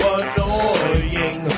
annoying